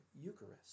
Eucharist